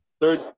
Third